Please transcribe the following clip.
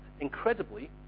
incredibly